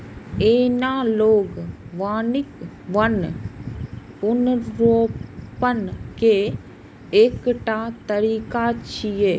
analogue वानिकी वन पुनर्रोपण के एकटा तरीका छियै